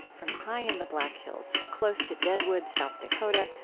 from high in the black hills close to deadwood, south dakota,